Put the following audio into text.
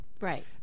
Right